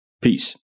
Peace